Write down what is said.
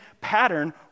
pattern